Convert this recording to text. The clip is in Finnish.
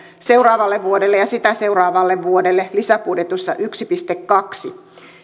ja seuraavalle vuodelle ja sitä seuraavalle vuodelle lisäbudjetissa yksi pilkku kaksi